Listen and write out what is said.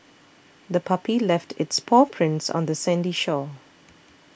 the puppy left its paw prints on the sandy shore